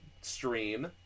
stream